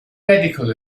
medical